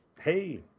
Hey